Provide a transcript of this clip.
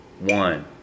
One